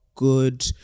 good